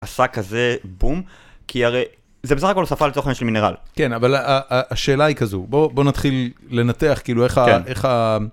עשה כזה בום כי הרי זה בסך הכל הוספה, לצורך העניין של מינרל. כן אבל השאלה היא כזו בוא נתחיל לנתח כאילו איך איך ה...